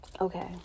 Okay